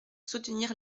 soutenir